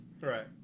Right